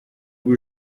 ubu